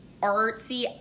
artsy